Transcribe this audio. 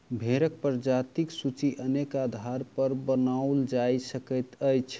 भेंड़क प्रजातिक सूची अनेक आधारपर बनाओल जा सकैत अछि